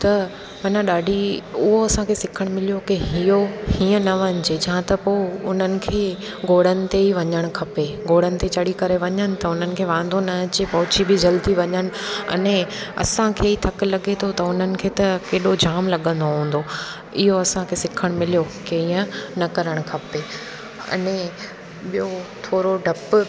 त हुन ॾाढी उहो असांखे सिखणु मिलियो की इहो हीअं न वञिजे जा त पोइ उन्हनि खे घोड़नि ते ई वञणु खपे घोड़नि ते चढ़ी करे वञनि त उन्हनि खे वांधो न अचे पहुची बि जल्दी वञनि अने असांखे ई थकु लॻे थो त उन्हनि खे त हेॾो जाम लॻंदो हूंदो इहो असांखे सिखणु मिलियो की हीअं न करणु खपे अने ॿियो थोरो डपु